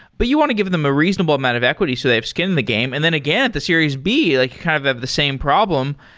but you want to give them a reasonable amount of equity so they have skin in the game. and then again, the series b, like you kind of have the same problem.